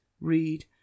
read